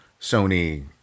Sony